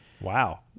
wow